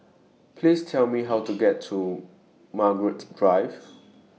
Please Tell Me How to get to Margaret Drive